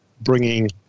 bringing